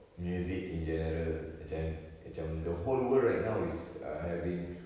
music in general macam macam err the whole world right now is err having